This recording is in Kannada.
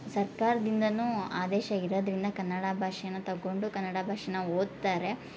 ಸರ್ಕಾರ್ದಿಂದಲೂ ಆದೇಶ ಇರೋದ್ರಿಂದ ಕನ್ನಡ ಭಾಷೆನ ತಗೊಂಡು ಕನ್ನಡ ಭಾಷೆನ ಓದ್ತಾರೆ